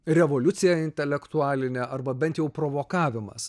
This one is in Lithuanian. revoliucija intelektualinė arba bent jau provokavimas